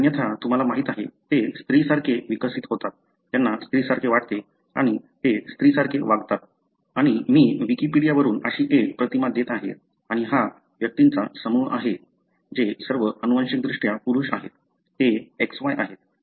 अन्यथा तुम्हाला माहिती आहे ते स्त्रीसारखे विकसित होतात त्यांना स्त्रीसारखे वाटते आणि ते स्त्रीसारखे वागतात आणि मी विकिपीडियावरून अशी एक प्रतिमा देत आहे आणि हा व्यक्तींचा समूह आहे ते सर्व आनुवंशिकदृष्ट्या पुरुष आहेत ते XY आहेत